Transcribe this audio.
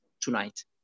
tonight